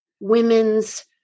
women's